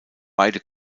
beide